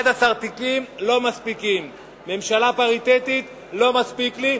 11 תיקים לא מספיקים, ממשלה פריטטית לא מספיקה לי.